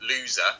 loser